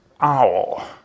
OWL